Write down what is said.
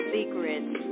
Secrets